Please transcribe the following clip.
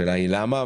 השאלה היא למה?